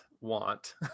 want